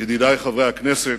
ידידי חברי הכנסת,